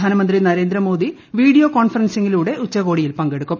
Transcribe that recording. പ്രധാനമന്ത്രി നരേന്ദ്ര മോദി വീഡിയോ കോൺഫറൻസിംഗിലൂടെ ഉച്ചകോടിയിൽ ക്കെടുക്കും